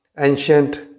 ancient